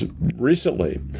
recently